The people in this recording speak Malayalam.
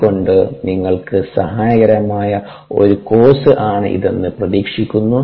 അത്കൊണ്ട് നിങ്ങൾക്ക് സഹായകരമായ ഒരു കോഴ്സ് ആണ് ഇതെന്ന് പ്രതീക്ഷിക്കുന്നു